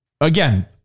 Again